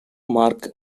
mark